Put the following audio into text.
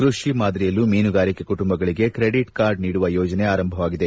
ಕೃಷಿ ಮಾದರಿಯಲ್ಲೂ ಮೀನುಗಾರಿಕೆ ಕುಟುಂಬಗಳಿಗೆ ಕ್ರೆಡಿಟ್ ಕಾರ್ಡ್ ನೀಡುವ ಯೋಜನೆ ಆರಂಭವಾಗಿದೆ